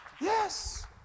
yes